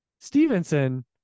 Stevenson